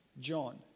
John